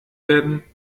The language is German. werden